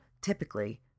typically